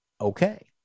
okay